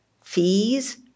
fees